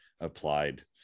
applied